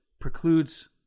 precludes